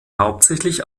hauptsächlich